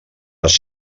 les